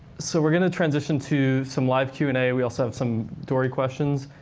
so we're going to transition to some live q and a. we also have some dory questions.